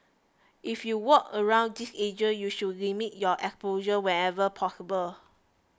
if you work around these agents you should limit your exposure whenever possible